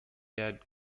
had